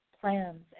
plans